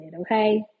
okay